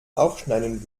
aufschneiden